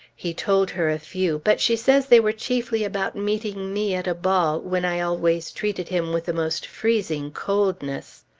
he told her a few, but she says they were chiefly about meeting me at a ball, when i always treated him with the most freezing coldness.